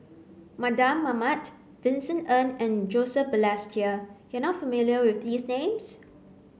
Mardan Mamat Vincent Ng and Joseph Balestier you are not familiar with these names